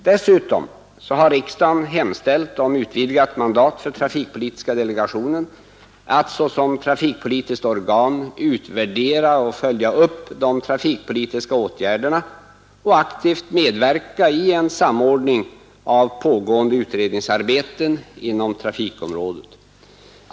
Dessutom har riksdagen hemställt om utvidgat mandat för trafikpolitiska delegationen att såsom trafikpolitiskt organ utvärdera och följa upp de trafikpolitiska åtgärderna och aktivt medverka i en samordning av pågående utredningsarbete inom trafikområdet.